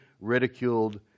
ridiculed